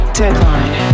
deadline